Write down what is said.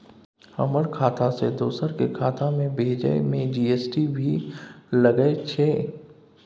हमर खाता से दोसर के खाता में भेजै में जी.एस.टी भी लगैछे?